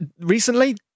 recently